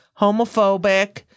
homophobic